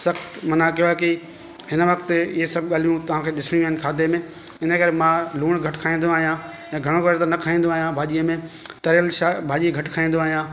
सख़्तु मना कयो आहे की हिन वक़्त इहे सभु ॻाल्हियूं तव्हांखे ॾिसणियूं आहिनि खाधे में इन करे मां लूणु घटि खाईंदो आहियां या घणो करे त न खाईंदो आहियां भाॼीअ में तरियलु छा भाॼी घटि खाईंदो आहियां